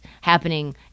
happening